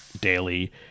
daily